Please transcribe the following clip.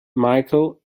micheal